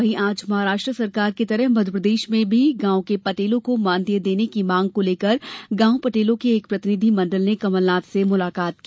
वहीं आज महाराष्ट्र सरकार की तरह मध्यप्रदेश में भी गांव के पटेलों को मानदेय देने की मांग को लेकर गांव पटेलों के एक प्रतिनिधि मंडल ने कमलनाथ से मुलाकात की